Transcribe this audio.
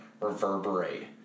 reverberate